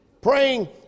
Praying